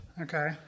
Okay